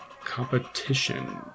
competition